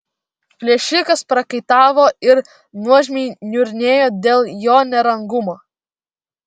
plėšikas prakaitavo ir nuožmiai niurnėjo dėl jo nerangumo